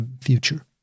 future